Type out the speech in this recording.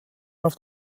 auf